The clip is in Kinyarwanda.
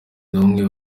n’umwe